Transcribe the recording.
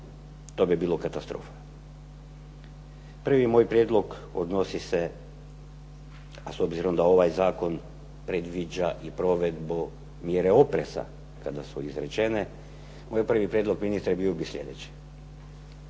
To bi bilo katastrofa. Prvi moj prijedlog odnosi se, a s obzirom da ovaj zakon predviđa i provedbu mjere opreza, kada su izrečene, moj prvi prijedlog ministre bio bi sljedeći.